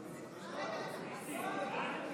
אנחנו עוברים